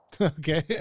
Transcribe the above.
Okay